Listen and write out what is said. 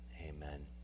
Amen